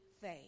faith